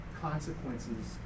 consequences